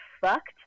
fucked